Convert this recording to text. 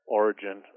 origin